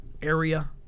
Area